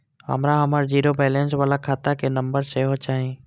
हमरा हमर zero balance बाला खाता के नम्बर सेहो चाही